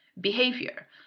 behavior